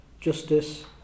justice